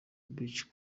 beach